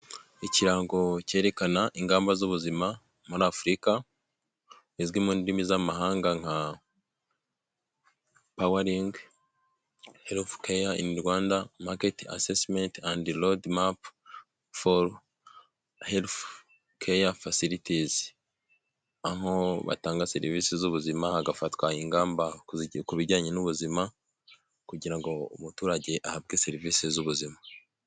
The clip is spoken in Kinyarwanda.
Ikirango cyerekana ingamba z'ubuzima muri afurika izwi mu ndimi z'amahanga nka powering healthcare in Rwanda market assessment and road map for health care facilities aho batanga serivisi z'ubuzima hagafatwa ingamba ku bijyanye n'ubuzima kugira ngo umuturage ahabwe serivisi z'ubuzima.